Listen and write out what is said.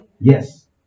yes